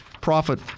profit